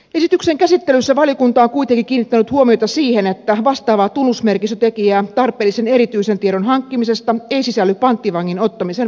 esityksen käsittelyssä valiokunta on kuitenkin kiinnittänyt huomiota siihen että vastaavaa tunnusmerkistötekijää tarpeellisen erityisen tiedon hankkimisesta ei sisälly panttivangin ottamisen valmisteluun